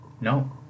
No